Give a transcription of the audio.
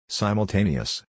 simultaneous